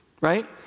right